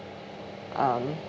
um